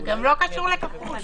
זה גם לא קשור לכפול.